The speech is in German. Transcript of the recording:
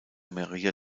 maria